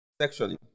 sexually